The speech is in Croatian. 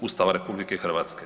Ustava RH.